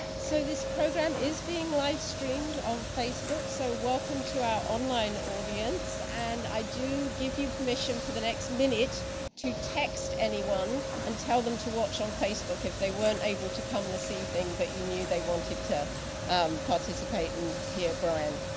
so this program is being live streamed on facebook, so welcome to our online audience. and i do give you permission for the next minute to text anyone and tell them to watch on facebook if they weren't able to come this evening, but you knew they wanted to participate and hear brian.